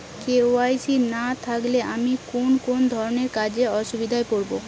KYC না থাকলে আমি কোন কোন ধরনের কাজে অসুবিধায় পড়ব?